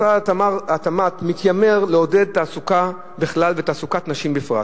משרד התמ"ת מתיימר לעודד תעסוקה בכלל ותעסוקת נשים בפרט.